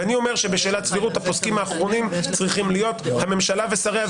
ואני אומר שבשאלת הסבירות הפוסקים האחרונים צריכים להיות הממשלה ושריה,